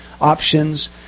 options